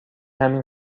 همین